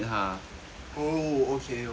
oh okay okay